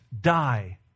die